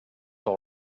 all